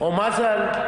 או מזל,